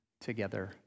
together